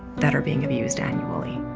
that are being abused annually.